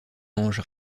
ange